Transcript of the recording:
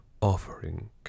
offering